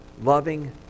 loving